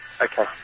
Okay